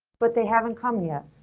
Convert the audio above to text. but they haven't come yet,